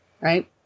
right